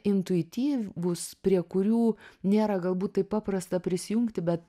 intuityvūs prie kurių nėra galbūt taip paprasta prisijungti bet